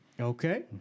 Okay